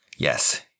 yes